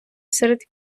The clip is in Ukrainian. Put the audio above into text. серед